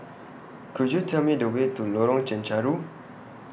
Could YOU Tell Me The Way to Lorong Chencharu